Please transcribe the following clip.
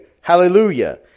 Hallelujah